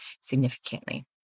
significantly